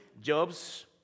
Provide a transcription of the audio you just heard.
jobs